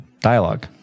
dialogue